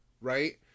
right